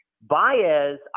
Baez